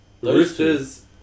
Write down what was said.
Roosters